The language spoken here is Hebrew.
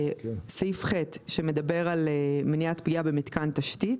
סעיף (ח), שמדבר על מניעת פגיעה במתקן תשתית